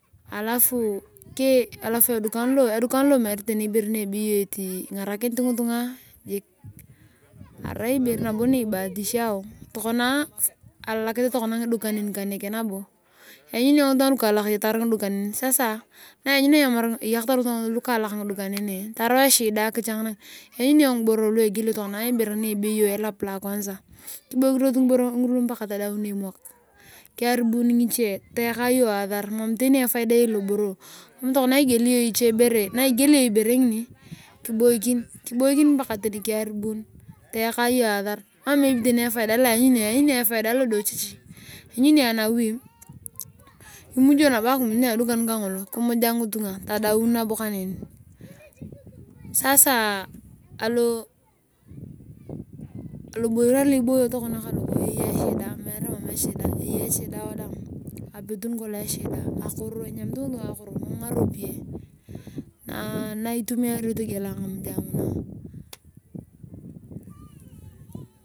Alafu edukan lo murt tani ihere nebeyo ingarakirut ngitunga. arai ibere babo nibatishao tokona alalakete ngidukanin kaneke lanyuni iyong ngitunga lukaalak ayatayaar ndikukanini. lanyuni ngiboro lu egielo elaf lakwasa kibiokinos ngiboro tadaun elap kiyaribun ngiche tayaka iyong asar mam tani efaida eyei loboro. Kama tokona na igielea iyong ibere ngini kibokin kuyaribuun tayakaa iyong asar. lanyuni iyong efaida lodiochichi lanyuni iyong anawi imiyio nabo akimiy ne edukan kangolo tadaun nabo kanene. sasa alonoyor aloiboyo aokona kaloko eyoi echida mee mam echida eyei echida wadaang apetun kolong echida eyamit ngitunga akoro mamngaropiya naitumiano togialac nganujae.